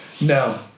no